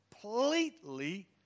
completely